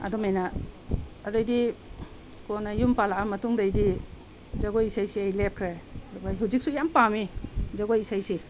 ꯑꯗꯨꯃꯥꯏꯅ ꯑꯗꯒꯤꯗꯤ ꯀꯣꯟꯅ ꯌꯨꯝ ꯄꯥꯂꯛꯑꯕ ꯃꯇꯨꯡꯗꯒꯤꯗꯤ ꯖꯒꯣꯏ ꯏꯁꯩꯁꯦ ꯑꯩ ꯂꯦꯞꯈ꯭ꯔꯦ ꯑꯗꯨꯒ ꯍꯧꯖꯤꯛꯁꯨ ꯌꯥꯝ ꯄꯥꯝꯃꯤ ꯖꯒꯣꯏ ꯏꯁꯩꯁꯦ